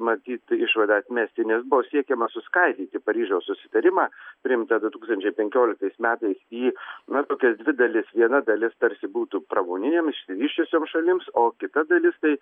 matyt išvadą atmesti nes buvo siekiama suskaidyti paryžiaus susitarimą priimtą du tūkstančiai penkioliktais metais į na tokias dvi dalis viena dalis tarsi būtų pramoninėms išvysčiusioms šalims o kita dalis tai